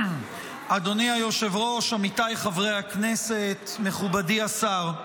אדוני היושב-ראש, עמיתיי חברי הכנסת, מכובדי השר,